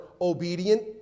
obedient